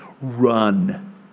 run